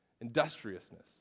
Industriousness